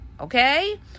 okay